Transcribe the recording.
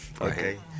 Okay